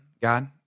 God